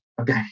okay